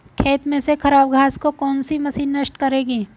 खेत में से खराब घास को कौन सी मशीन नष्ट करेगी?